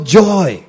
joy